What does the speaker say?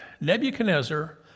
Nebuchadnezzar